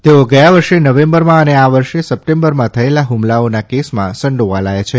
તેઓ ગયા વર્ષે નવેમ્બરમાં અને આ વર્ષે સપ્ટેમ્બરમાં થયેલા હ્મલાઓના કેસમાં સંડોવાયેલા છે